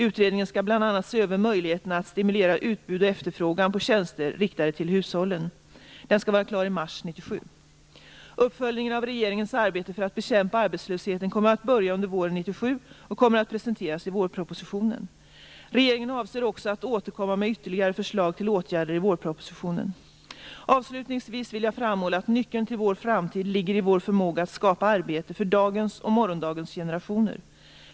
Utredningen skall bl.a. se över möjligheterna att stimulera utbud och efterfrågan på tjänster riktade till hushållen. Den skall vara klar i mars 1997. Uppföljningen av regeringens arbete för att bekämpa arbetslösheten kommer att börja under våren 1997 och kommer att presenteras i vårpropositionen. Regeringen avser också att återkomma med ytterligare förslag till åtgärder i vårpropositionen. Avslutningsvis vill jag framhålla att nyckeln till vår framtid ligger i vår förmåga att skapa arbete för dagens och morgondagens generationer.